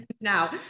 now